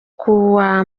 kuwa